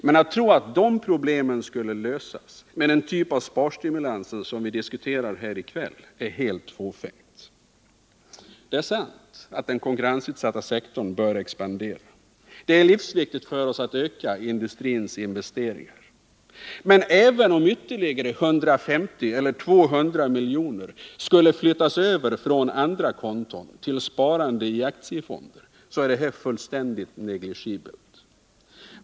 Men att tro att de problemen skulle lösas med den typ av sparstimulanser som vi diskuterar här i kväll är helt fåfängt. Det är sant att den konkurrensutsatta sektorn bör expandera. Det är livsviktigt för oss att öka industrins investeringar. Men även om ytterligare 150 eller 200 miljoner skulle flyttas över från andra konton till sparande i aktiefonder är detta fullständigt negligeabelt.